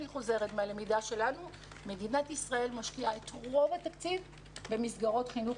מהלמידה שלנו מדינת ישראל משקיעה את רוב התקציב במסגרות חינוך